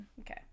okay